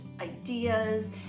ideas